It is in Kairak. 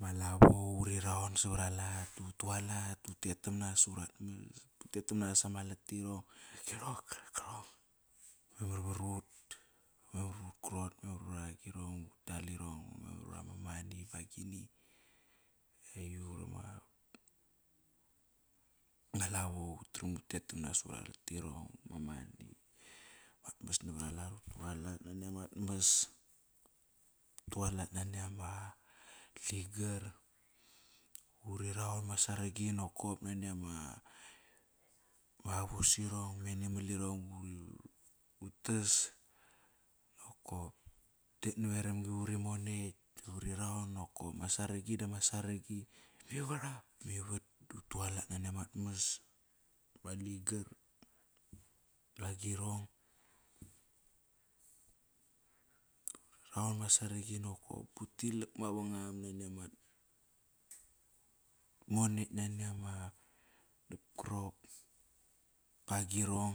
Ma lavo uri raon sava ralat, utualat, utet tomna su ratmas, utet tam na sama loti rong Memar varut, memar vat ut krot, memar vara agirong utalirong memar vama mani ba agini. Aut ama lavo utram utet tomna sura latirong mat mas navar alat, utualat nani amat mas utualat nani ama ligar, uri raun vama saragi nokap nani ama avusirong animal irong ut tas nokop. Utet no veramgi, uri monekt, uri raon nokop. Ma sarang dama sorang gi ma ivat, utualat nani amat mas, ma ligar ba girong. Uri raon ba ma sar ang-gi no op utilak mavangam monekt nani ama nopkdrop agirong